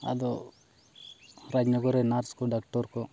ᱟᱫᱚ ᱨᱟᱡᱽᱱᱚᱜᱚᱨ ᱨᱮ ᱱᱟᱨᱥᱠᱚ ᱰᱟᱠᱴᱚᱨ ᱠᱚ